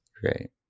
great